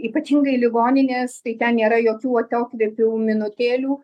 ypatingai ligoninės tai ten nėra jokių atokvėpio minutėlių